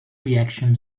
reaction